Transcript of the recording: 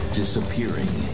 disappearing